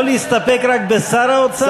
לא להסתפק רק בשר האוצר?